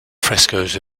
frescoes